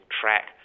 track